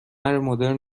مدرن